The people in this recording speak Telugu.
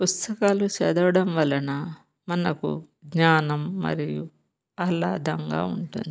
పుస్తకాలు చదవడం వలన మనకు జ్ఞానం మరియు ఆహ్లాదంగా ఉంటుంది